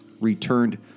returned